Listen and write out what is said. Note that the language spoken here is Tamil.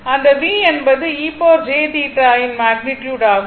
அந்த V என்பது e jθ யின் மேக்னிட்யுட் ஆகும்